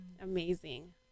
amazing